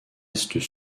est